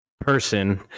person